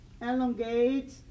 elongate